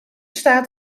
staat